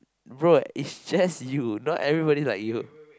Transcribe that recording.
bro it's just you not everybody like you